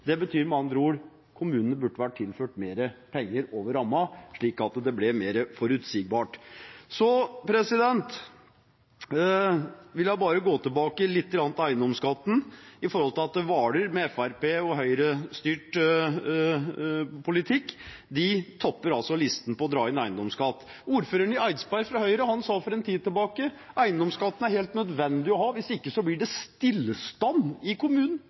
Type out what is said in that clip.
Det betyr med andre ord: Kommunene burde ha vært tilført mer penger over rammen, slik at det ble mer forutsigbart. Så vil jeg bare gå lite grann tilbake til eiendomsskatten, med tanke på at Hvaler, med en Fremskrittsparti–Høyre-styrt politikk, topper listen over det å dra inn eiendomsskatt. Ordføreren i Eidsberg, fra Høyre, sa for en tid siden at eiendomsskatten er helt nødvendig, hvis ikke blir det stillstand i kommunen.